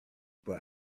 but